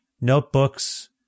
notebooks